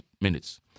minutes